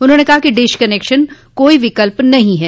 उन्होंने कहा कि डिश कनेक्शन कोई विकल्प नहीं है